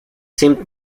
seemed